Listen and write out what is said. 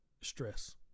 stress